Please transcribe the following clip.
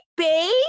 babe